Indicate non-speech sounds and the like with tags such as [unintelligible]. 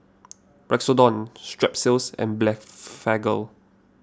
[unintelligible] Strepsils and Blephagel